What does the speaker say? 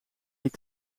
niet